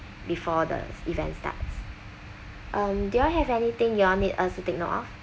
before the event starts um do you all have anything you all need us to take note of